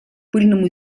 пыльному